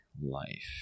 life